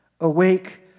Awake